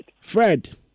Fred